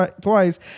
twice